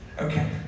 Okay